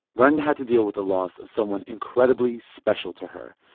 rund had to deal with the loss of someone incredibly special to her.